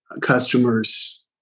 customers